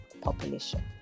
population